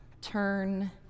turn